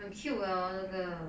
很 cute eh hor 这个